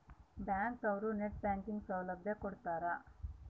bank ಅವ್ರು net banking ಸೌಲಭ್ಯ ಕೊಡ್ತಾರ